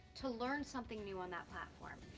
to learn something new on that platform.